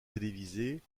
télévisées